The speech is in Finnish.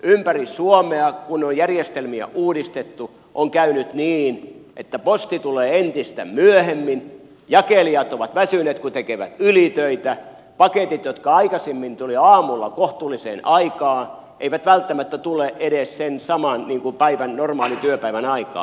ympäri suomea kun on järjestelmiä uudistettu on käynyt niin että posti tulee entistä myöhemmin jakelijat ovat väsyneitä kun tekevät ylitöitä paketit jotka aikaisemmin tulivat aamulla kohtuulliseen aikaan eivät välttämättä tule edes sen saman päivän normaalin työpäivän aikaan